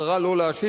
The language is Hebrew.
בחרה לא להשיב,